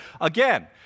Again